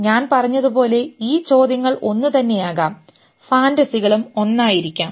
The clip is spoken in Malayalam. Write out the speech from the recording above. ഞാൻ പറഞ്ഞതുപോലെ ഈ ചോദ്യങ്ങൾ ഒന്നുതന്നെയാകാം ഫാൻറെസികളും ഒന്നായിരിക്കാം